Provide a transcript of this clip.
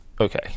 okay